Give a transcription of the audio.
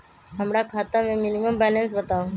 हमरा खाता में मिनिमम बैलेंस बताहु?